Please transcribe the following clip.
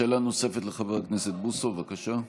שאלה נוספת, לחבר הכנסת בוסו, בבקשה.